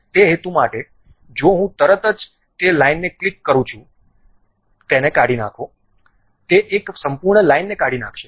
તે હેતુ માટે જો હું તરત જ તે લાઇનને ક્લિક કરું છું તેને કાઢી નાખો તે એક સંપૂર્ણ લાઇનને કાઢી નાખશે